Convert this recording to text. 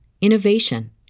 innovation